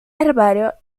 herbario